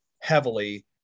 heavily